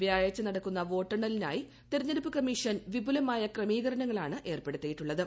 വ്യാഴാഴ്ച നടക്കുന്ന വോട്ടെണ്ണലിനായി തെരഞ്ഞെടുപ്പ് കമ്മീഷൻ വിപുലമായ ക്രമീകരണങ്ങളാണ് ഏർപ്പെടുത്തിയിട്ടുള്ളത്